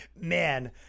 Man